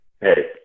Hey